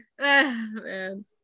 Man